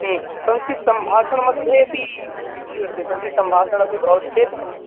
संस्कृतसम्भाषणस्य मध्ये अपि तर्हि सम्भाषणमपि भवति चेत् अहम्